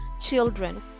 children